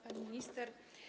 Pani Minister!